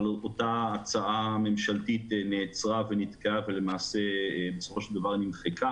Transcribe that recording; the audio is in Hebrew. אבל אותה הצעה ממשלתית נעצרה ונתקעה ובסופו של דבר היא נמחקה.